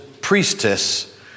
priestess